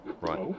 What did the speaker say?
right